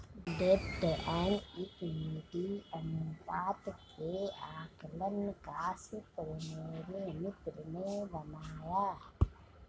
डेब्ट and equity अनुपात के आकलन का सूत्र मेरे मित्र ने बताया